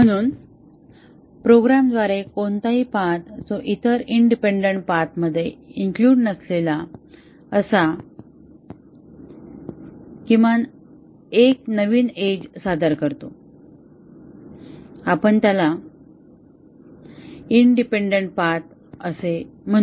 म्हणून प्रोग्रामद्वारे कोणताही पाथ जो इतर इंडिपेंडन्ट पाथमध्ये इन्क्लुड नसलेला असा किमान एक नवीन एज सादर करतो आपण त्याला इंडिपेंडन्ट पाथ असे म्हणू